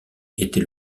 était